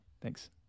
Thanks